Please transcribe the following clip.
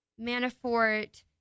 Manafort